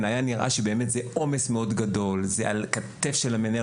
היה נראה שייווצר עומס מאוד גדול על כתפי המנהל,